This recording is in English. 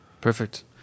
Perfect